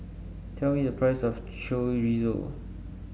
tell me the price of Chorizo